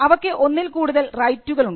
അവക്ക് ഒന്നിൽ കൂടുതൽ റൈറ്റുകൾ ഉണ്ട്